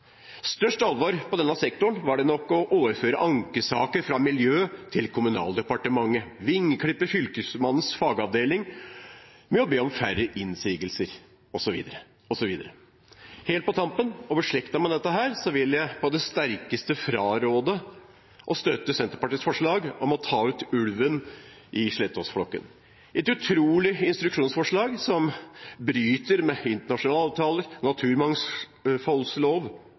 denne sektoren var det nok å overføre ankesaker fra Klima- og miljødepartementet til Kommunal- og moderniseringsdepartementet, vingeklippe Fylkesmannens fagavdeling ved å be om færre innsigelser, osv. Helt på tampen og beslektet med dette vil jeg på det sterkeste fraråde å støtte Senterpartiets forslag om å ta ut ulven i Slettåsflokken, et utrolig instruksjonsforslag, som bryter med internasjonale avtaler,